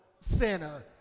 sinner